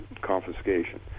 confiscation